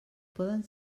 poden